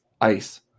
ice